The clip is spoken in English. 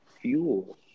fuel